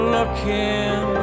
Looking